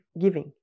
giving